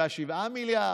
1.7 מיליארד,